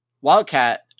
Wildcat